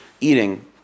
eating